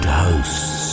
hosts